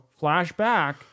flashback